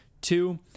Two